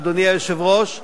אדוני היושב-ראש,